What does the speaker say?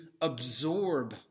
absorb